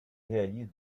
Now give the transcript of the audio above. réalise